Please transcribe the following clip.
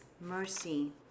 mercy